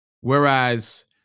Whereas